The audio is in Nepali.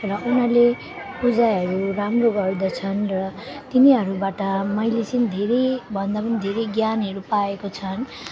र उनीहरूले पूजाहरू राम्रो गर्दछन् र तिनीहरूबाट मैले चाहिँ धेरैभन्दा पनि धेरै ज्ञानहरू पाएको छन्